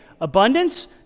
abundance